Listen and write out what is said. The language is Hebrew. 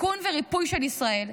בתיקון ובריפוי של ישראל,